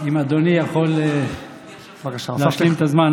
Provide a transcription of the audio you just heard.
אם אדוני יכול להשלים את הזמן.